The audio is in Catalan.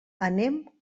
anem